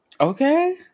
Okay